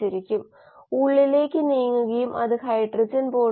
കോശത്തിൻറെ ചുറ്റുപാടുകളെ ഒരു സംവിധാനമായി നമ്മൾ പരിഗണിക്കാൻ പോകുന്നു